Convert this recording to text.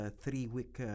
three-week